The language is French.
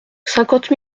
cinquante